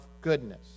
goodness